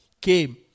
came